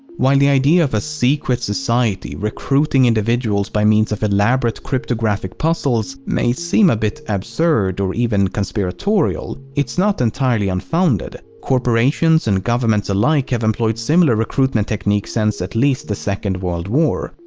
while the idea of a secret society recruiting individuals by of elaborate cryptographic puzzles may seem a bit absurd or even conspiratorial, it's not entirely unfounded. corporations and governments alike have employed similar recruitment techniques since at least the second world war.